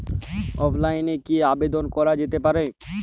অফলাইনে কি আবেদন করা যেতে পারে?